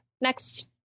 next